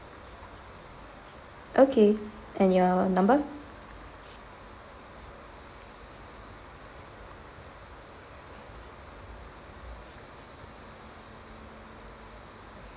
okay and your number